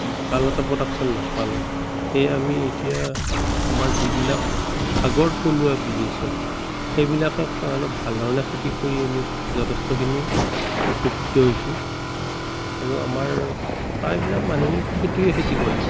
ভাল এটা প্ৰডাকশ্যন নাপালোঁ সেয়ে আমি এতিয়া আমাৰ যিবিলাক আগৰ থলুৱা বীজ আছে সেইবিলাককে অলপ ভালধৰণে খেতি কৰি আমি যথেষ্টখিনি উপকৃত হৈছোঁ আৰু আমাৰ প্ৰায়বিলাক মানুহেই সেইটোৱে খেতি কৰে